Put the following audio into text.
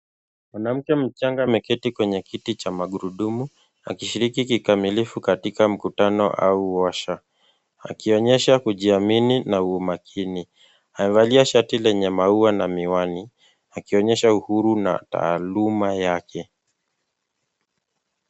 Mwanamke amechanga ameketi kwenye kiti cha magurudumu, akishiriki kikamilifu katika mkutano au wosha, akionyesha kujiamini na umakini. Amevalia shati lenye maua na miwani, akionyesha uhuru na taaluma yake.